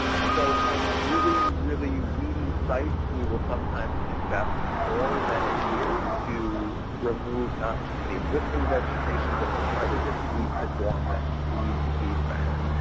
so on really, really weedy sites we will sometimes invest more than a year to remove not just the existing vegetation but to try to deplete the dormant weed seed bank.